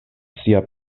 sia